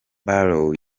barrow